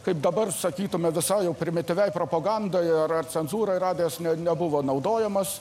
kaip dabar sakytume visai jau primityviai propagandai ar cenzūrai radijas nebuvo naudojamas